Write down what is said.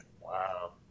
Wow